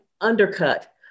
undercut